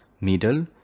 middle